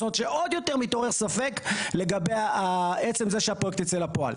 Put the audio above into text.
זאת אומרת שעוד יותר מתעורר ספק לגבי עצם יציאת הפרויקט לפועל.